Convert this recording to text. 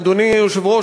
אדוני היושב-ראש,